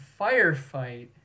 Firefight